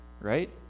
right